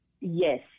Yes